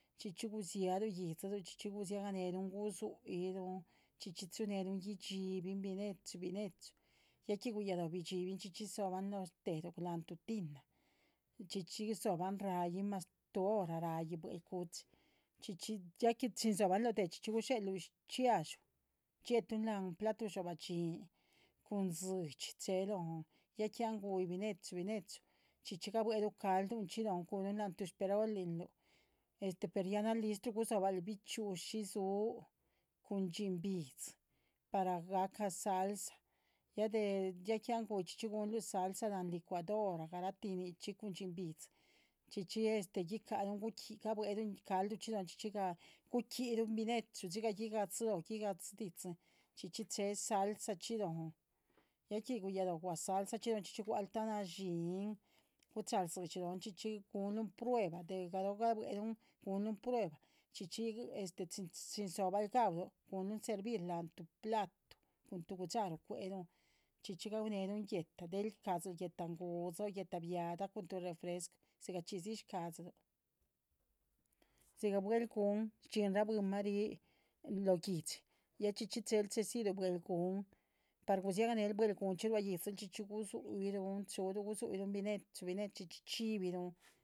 Chxíchx gusiarú yídziluh chxíchx guasiaganerún gu’xuiruún chxíchx cxhunerún chxíbinn- bine´chu bine´chu ya que guhyaló bidxibinn- chxíchx zoban loss dehrú lanh tu tina chxíchx zoban rai’nh mas thubi hor rai’nh bue´lcu´chi ya que zoban. lo deh chxíchx guxherlú shchxiadxú, dxie´tun lanh platuh dxobah dhxín cun dzidxi cxhe lonh ya que han guih bine´chu bine´ chu chxíchx gabuerú caldu chxi lonh culún lanh tuxs perolintú, per ya nah lustru bichyu’xi su cun dxi´n bihdzi par gacá salsa, ya que anh guíh chíchx gunlú salsa lanh licuadora garaati nichí cun dxi´n bihdz, chxíchi ghicarún gabuerú caldu chxi, chxíchx guquiruu´n binechu binechu siga ghigaxhí lonh, dichin chxíchx cxhe salsa lonh, ya que guyalo hua salsachi lomh chxíchx wa´rú ta nallih, gucxharú zidxi lonh gunlun prueba. de ghalo gabuerún, chxíchxi chin zohbarú gahw´lu, gunlun servir lanh tu platuu, cun tu guaxharú cuelun, chíchx gahw´nerun guehta, dels rclaa´dziru guehta guu´tsi o guehta biahda, cun tu refrescú sigacxhisi sclaxchirú. siga bwe´hla guun rdxiinnra bwiinnma ri loh guihdxi ya chxíchx chxeru chxesiru bwe´hla guun par gusiaganerú bwe´hla guun chi rhua yídziluh chxíchx gusuhyirun churú gusuhyirun binechu binechu, chxíchix chi´birun.